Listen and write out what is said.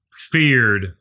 feared